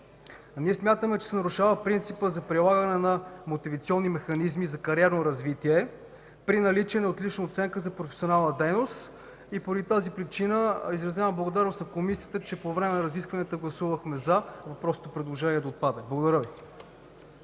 Смятаме, че се нарушава принципът за прилагане на мотивационни механизми за кариерно развитие при наличие на отлична оценка за професионална дейност. Поради тази причина изразявам благодарност на Комисията, че по време на разискванията гласувахме „за” въпросното предложение да отпадне. Благодаря Ви.